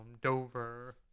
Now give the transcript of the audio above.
Dover